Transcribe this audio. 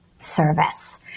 service